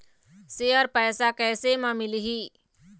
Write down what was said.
Share पैसा कैसे म मिलही?